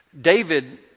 David